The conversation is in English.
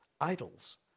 idols